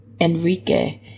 Enrique